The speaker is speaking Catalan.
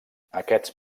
aquests